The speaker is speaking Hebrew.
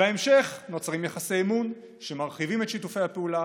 בהמשך נוצרים יחסי אמון שמרחיבים את שיתוף הפעולה,